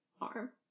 arm